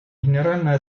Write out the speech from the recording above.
генеральная